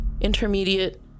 Intermediate